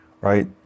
right